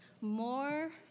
more